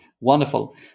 Wonderful